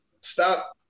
stop